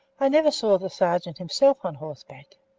i never saw the sergeant himself on horseback.